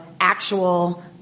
actual